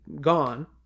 gone